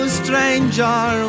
stranger